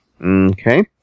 Okay